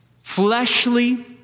fleshly